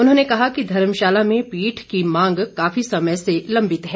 उन्होंने कहा कि धर्मशाला में पीठ की मांग काफी समय से लंबित है